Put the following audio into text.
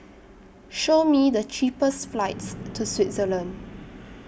Show Me The cheapest flights to Switzerland